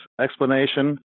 explanation